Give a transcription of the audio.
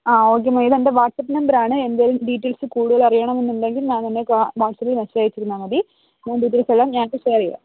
മാം okay ഇതെൻറ്റെ WhatsApp number എന്തേലും details കൂടുതൽ അറിയണമെന്നുണ്ടെങ്കിൽ മാം എന്നെ കോ വാട്സ്ആപ്പിൽ മെസ്സേജ് അയച്ചിരുന്നാൽ മതി ഞാൻ ഡീറ്റെയിൽസ് എല്ലാം ഷെയർ ചെയ്യാം